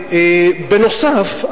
בנוסף,